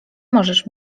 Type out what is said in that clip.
możesz